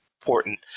important